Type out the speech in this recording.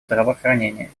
здравоохранения